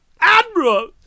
Admiral